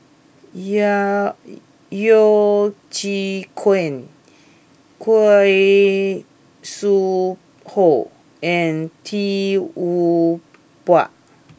ya Yeo Chee Kiong Khoo Sui Hoe and Tee Tua Ba